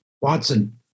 Watson